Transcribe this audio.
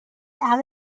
out